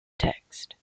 text